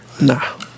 Nah